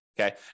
Okay